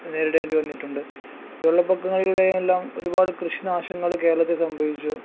നേരിടേണ്ടി വന്നിട്ടുണ്ട് വെള്ള പൊക്കങ്ങളിലൂടെയും എല്ലാം ഒരുപാട് കൃഷി നാശങ്ങൾ കേരളത്തിൽ സംഭവിച്ചു